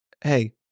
Hey